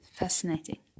fascinating